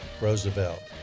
Roosevelt